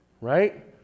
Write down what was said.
Right